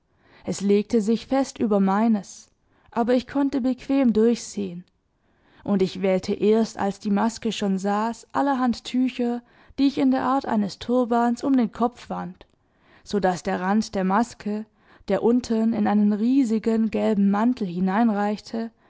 es legte sich fest über meines aber ich konnte bequem durchsehen und ich wählte erst als die maske schon saß allerhand tücher die ich in der art eines turbans um den kopf wand so daß der rand der maske der unten in einen riesigen gelben mantel